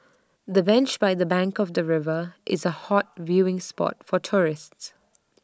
the bench by the bank of the river is A hot viewing spot for tourists